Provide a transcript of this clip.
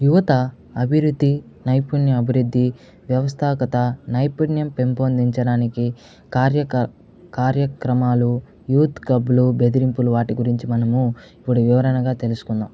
యువత అభివృద్ధి నైపుణ్య అభివృద్ధి వ్యవస్థాకత నైపుణ్యం పెంపొందించడానికి కార్యక కార్యక్రమాలు యూత్ క్లబ్లు బెదిరింపులు వాటి గురించి మనము ఇప్పుడు వివరనగా తెలుసుకుందాం